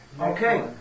Okay